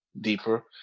deeper